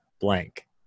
blank